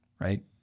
right